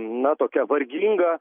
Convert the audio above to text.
na tokia varginga